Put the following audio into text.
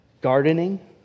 gardening